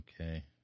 Okay